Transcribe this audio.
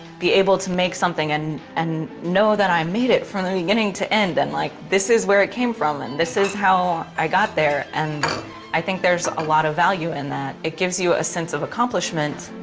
be able to make something and, and know that i made it from the beginning to end, and like, this is where it came from and this is how i got there, and i think there's a lot of value in that. it gives you a sense of accomplishment.